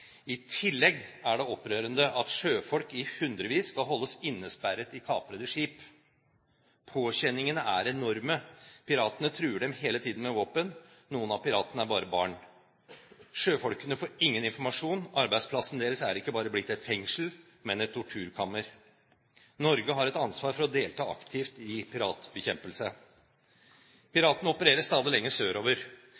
I tillegg er det opprørende at sjøfolk i hundrevis skal holdes innesperret i kaprede skip. Påkjenningene er enorme. Piratene truer dem hele tiden med våpen. Noen av piratene er bare barn. Sjøfolkene får ingen informasjon. Arbeidsplassen deres er ikke bare blitt et fengsel, men et torturkammer. Norge har et ansvar for å delta aktivt i piratbekjempelse.